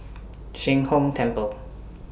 Sheng Hong Temple